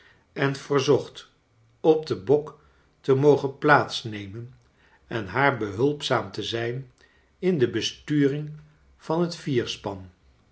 en verzocht op den bok te mogen plaats nemen en haar behulpzaam te zijn in de besturing van het